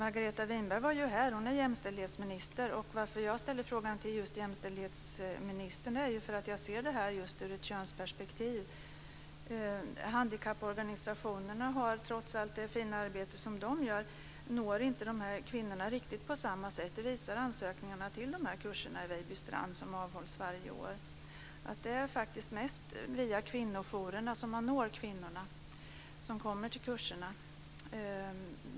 Anledningen till att jag ställde frågan till just jämställdhetsminister Margareta Winberg är att jag ser det här ut ett könsperspektiv. Handikapporganisationerna når inte, trots det fina arbete som de gör, de här kvinnorna riktigt på samma sätt. Det visar ansökningarna till kurserna på Vejbystrand som hålls varje år. Det är faktiskt mest via kvinnojourerna som man når de kvinnor som kommer till kurserna.